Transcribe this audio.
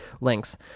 links